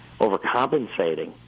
overcompensating